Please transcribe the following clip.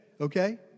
okay